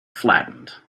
flattened